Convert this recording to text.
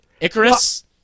Icarus